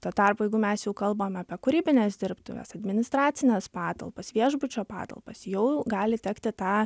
tuo tarpu jeigu mes jau kalbame apie kūrybines dirbtuves administracines patalpas viešbučio patalpas jau gali tekti tą